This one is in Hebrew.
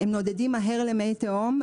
הם נודדים מהר למי תהום,